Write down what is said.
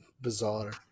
bizarre